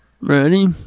Ready